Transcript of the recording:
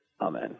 Amen